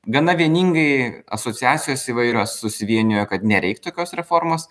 gana vieningai asociacijos įvairios susivienijo kad nereik tokios reformos